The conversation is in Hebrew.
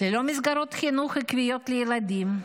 ללא מסגרות חינוך עקביות לילדים.